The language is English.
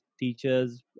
teachers